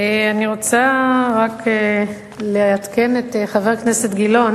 אני רוצה רק לעדכן את חבר הכנסת גילאון